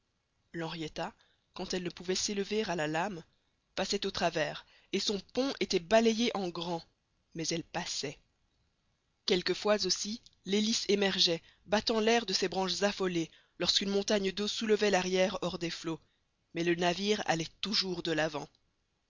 l'henrietta quand elle ne pouvait s'élever à la lame passait au travers et son pont était balayé en grand mais elle passait quelquefois aussi l'hélice émergeait battant l'air de ses branches affolées lorsqu'une montagne d'eau soulevait l'arrière hors des flots mais le navire allait toujours de l'avant